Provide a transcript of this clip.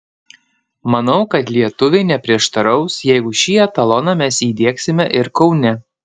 manau kad lietuviai neprieštaraus jeigu šį etaloną mes įdiegsime ir kaune